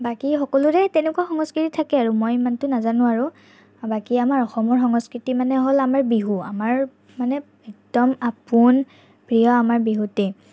বাকী সকলোৰে তেনেকুৱা সংস্কৃতি থাকে আৰু মই ইমানটো নাজানো আৰু বাকী আমাৰ অসমৰ সংস্কৃতি মানে হ'ল আমাৰ বিহু আমাৰ মানে একদম আপোন প্ৰিয় আমাৰ বিহুটি